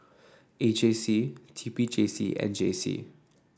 A J C T P J C and J C